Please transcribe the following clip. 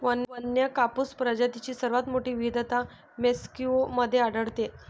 वन्य कापूस प्रजातींची सर्वात मोठी विविधता मेक्सिको मध्ये आढळते